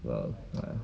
well lah